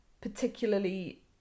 particularly